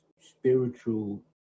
spiritual